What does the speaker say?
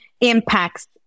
impacts